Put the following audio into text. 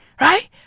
Right